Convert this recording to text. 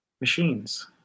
machines